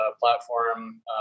platform